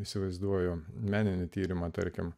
įsivaizduoju meninį tyrimą tarkim